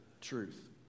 truth